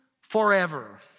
forever